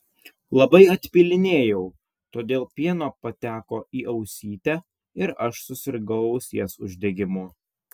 labai atpylinėjau todėl pieno pateko į ausytę ir aš susirgau ausies uždegimu